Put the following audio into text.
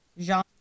genre